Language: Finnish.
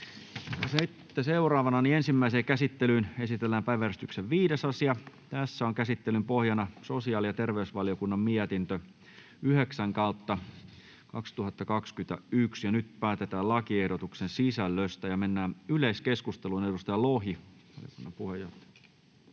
Content: Ensimmäiseen käsittelyyn esitellään päiväjärjestyksen 5. asia. Käsittelyn pohjana on sosiaali- ja terveysvaliokunnan mietintö StVM 9/2021 vp. Nyt päätetään lakiehdotuksen sisällöstä. — Edustaja Lohi, valiokunnan puheenjohtaja.